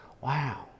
wow